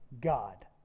God